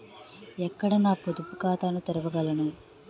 ఎక్కడ నా పొదుపు ఖాతాను తెరవగలను?